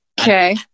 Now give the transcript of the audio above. okay